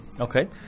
Okay